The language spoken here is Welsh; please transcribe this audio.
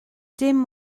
dim